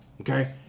okay